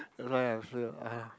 that's why I feel ah